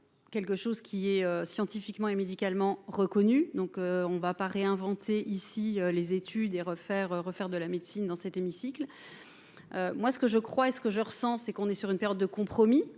quelque chose qui est scientifiquement et médicalement reconnue, donc on ne va pas réinventer ici les études et refaire, refaire de la médecine dans cet hémicycle, moi ce que je crois et ce que je ressens, c'est qu'on est sur une période de compromis